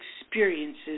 experiences